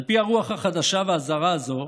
על פי הרוח החדשה והזרה הזאת,